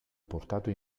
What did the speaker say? portato